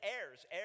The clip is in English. heirs